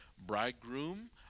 bridegroom